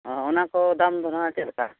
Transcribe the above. ᱚ ᱚᱱᱟ ᱠᱚ ᱫᱟᱢ ᱫᱚ ᱱᱟᱦᱟᱜ ᱪᱮᱫ ᱞᱮᱠᱟ